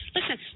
listen